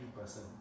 person